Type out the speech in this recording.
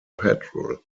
patrol